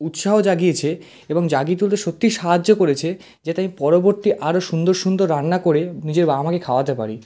উৎসাহ জাগিয়েছে এবং জাগিয়ে তুলতে সত্যিই সাহায্য করেছে যাতে আমি পরবর্তী আরও সুন্দর সুন্দর রান্না করে নিজের বাবা মাকে খাওয়াতে পারি